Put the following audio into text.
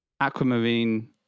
aquamarine